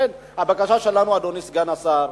לכן, הבקשה שלנו, אדוני סגן השר,